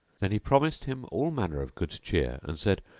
then he promised him all manner of good cheer and said,